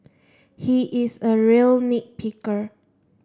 he is a real nit picker